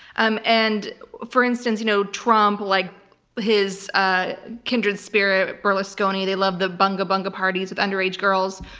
um and for instance, you know trump, like his ah kindred spirit berlusconi, they love the bunga-bunga parties with underage girls.